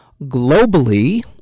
Globally